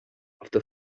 after